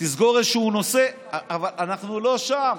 תסגור איזשהו נושא, אבל אנחנו לא שם.